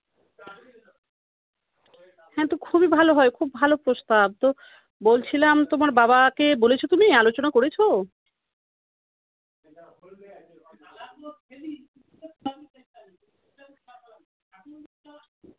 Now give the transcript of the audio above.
হ্যাঁ তো খুবই ভালো হয় খুব ভালো প্রস্তাব তো বলছিলাম তোমার বাবাকে বলেছো তুমি আলোচনা করেছো